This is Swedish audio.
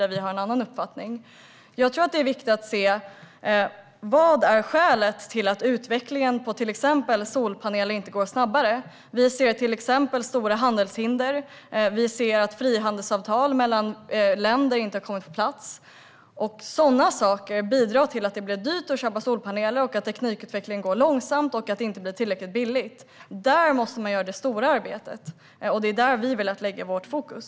Där har vi en annan uppfattning än regeringen. Jag tror att det är viktigt att titta på skälet till att utvecklingen för till exempel solpaneler inte går snabbare. Vi ser till exempel stora handelshinder, och vi ser att frihandelsavtal mellan länder inte har kommit på plats. Sådana saker bidrar till att det blir dyrt att köpa solpaneler, till att teknikutvecklingen går långsamt och till att det inte blir tillräckligt billigt. Det är där man måste göra det stora arbetet. Och det är där vi har velat lägga vårt fokus.